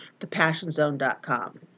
thepassionzone.com